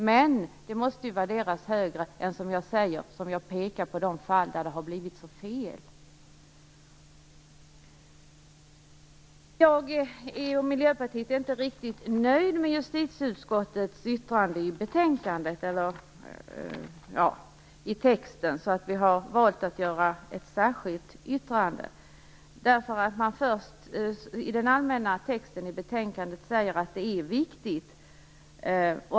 Detta måste ju värderas högre. Jag har pekat på de fall där det har blivit så fel. Jag och Miljöpartiet är inte riktigt nöjda med justitieutskottets yttrande i texten i betänkandet. Därför har vi valt att göra ett särskilt yttrande. I den allmänna texten i betänkandet säger man att detta är viktigt.